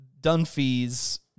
Dunphy's